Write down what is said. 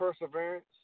Perseverance